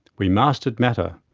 we mastered matter.